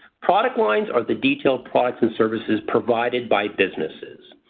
product lines are the detailed products and services provided by businesses.